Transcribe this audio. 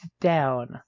down